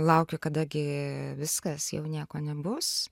laukiau kada gi viskas jau nieko nebus